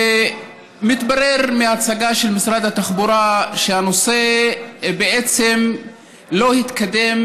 מתברר מההצגה של משרד התחבורה שהנושא בעצם לא התקדם